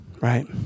right